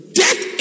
death